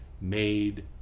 made